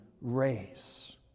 race